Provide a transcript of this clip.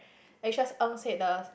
lecturers Ng said the